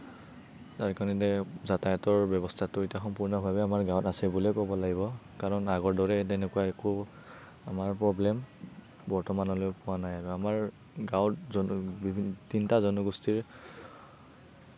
তাৰ কাৰণে এতিয়া যাতায়তৰ ব্যৱস্থাটো এতিয়া সম্পূৰ্ণভাৱে আমাৰ গাওঁত আছে বুলিয়ে ক'ব লাগিব কাৰণ আগৰ দৰে তেনেকুৱা একো আমাৰ প্ৰব্লেম বৰ্তমানলৈ পোৱা নাই আমাৰ গাৱঁত তিনিটা জনগোষ্ঠীৰ